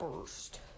first